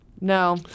No